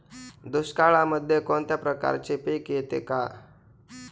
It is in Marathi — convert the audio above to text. दुष्काळामध्ये कोणत्या प्रकारचे पीक येते का?